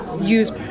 use